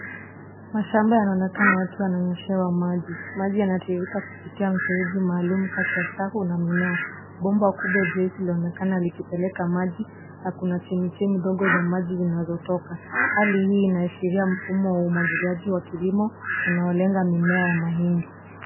Mashamba yanaonekana yakiwa yananyeshewa maji. Maji yanatiririka kupitia mfereji maalum kati ya safu na na mimea. Bomba kubwa jeusi linaonekana likipeleka maji na kuna chemichemi ndogo za maji zinazotoka. Hali hii inaashiria mfumo wa umwagiliaji wa kilimo unaolenga mimea ya mahindi.